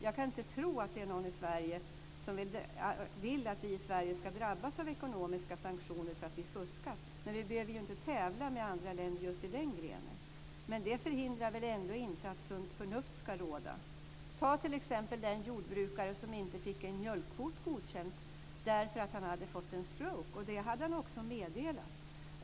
Jag kan inte tro att det är någon i Sverige som vill att vi ska drabbas av ekonomiska sanktioner för att vi fuskat, men vi behöver ju inte tävla med andra länder just i den grenen. Det förhindrar väl ändå inte att sunt förnuft ska råda. Ta t.ex. den jordbrukare som inte fick en mjölkkvot godkänd därför att han hade fått en stroke - något som han också hade meddelat.